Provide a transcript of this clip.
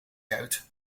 goud